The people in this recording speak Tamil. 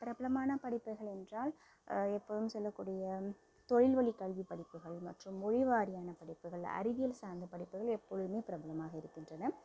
பிரபலமான படிப்புகள் என்றால் எப்பவும் சொல்லக்கூடிய தொழில்வழிக்கல்வி படிப்புகள் மற்றும் மொழிவாரியான படிப்புகள் அறிவியல் சார்ந்த படிப்புகள் எப்போதுமே பிரபலமாக இருக்கின்றன